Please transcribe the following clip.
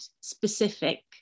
specific